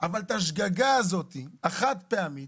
אבל את השגגה הזאת, החד פעמית,